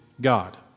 God